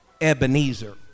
Ebenezer